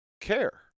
care